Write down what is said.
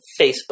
Facebook